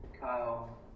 Kyle